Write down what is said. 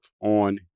on